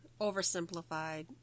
oversimplified